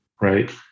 right